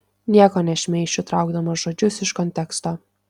nieko nešmeišiu traukdamas žodžius iš konteksto